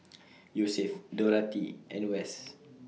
Yosef Dorathy and Wes